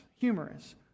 humorous